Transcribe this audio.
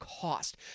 cost